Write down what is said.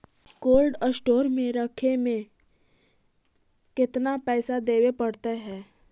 Cold store में रखे में केतना पैसा देवे पड़तै है?